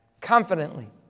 confidently